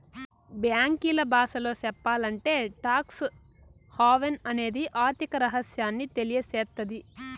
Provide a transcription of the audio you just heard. బ్యాంకీల బాసలో సెప్పాలంటే టాక్స్ హావెన్ అనేది ఆర్థిక రహస్యాన్ని తెలియసేత్తది